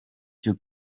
cyo